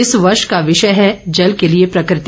इस वर्ष का विषय है जल के लिए प्रकृति